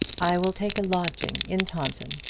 i will take a lodging in taunton.